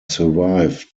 survived